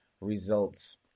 results